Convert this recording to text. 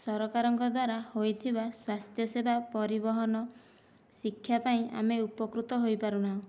ସରକାରଙ୍କ ଦ୍ୱାରା ହୋଇଥିବା ସ୍ୱାସ୍ଥ୍ୟ ସେବା ପରିବହନ ଶିକ୍ଷା ପାଇଁ ଆମେ ଉପକୃତ ହୋଇପାରୁ ନାହୁଁ